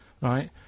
Right